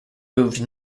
moved